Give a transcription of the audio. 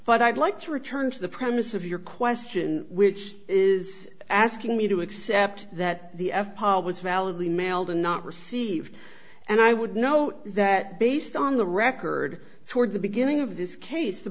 but i'd like to return to the premise of your question which is asking me to accept that the validly mailed and not received and i would note that based on the record toward the beginning of this case the